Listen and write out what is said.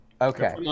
okay